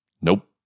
Nope